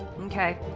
Okay